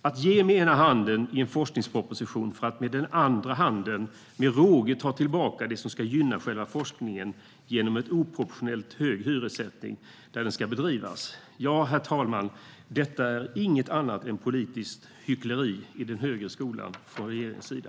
Man ger med ena handen i en forskningsproposition för att med den andra med råge ta tillbaka det som ska gynna själva forskningen genom en oproportionellt hög hyressättning där den ska bedrivas. Herr talman! Detta är inget annat än politiskt hyckleri i den högre skolan från regeringens sida.